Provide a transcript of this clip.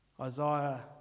Isaiah